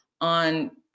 On